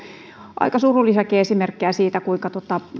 aika surullisiakin esimerkkejä siitä kuinka